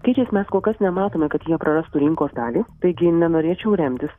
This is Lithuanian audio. skaičiais mes kol kas nematome kad jie prarastų rinkos dalį taigi nenorėčiau remtis